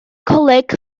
coleg